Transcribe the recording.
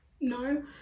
no